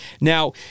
Now